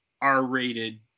r-rated